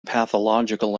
pathological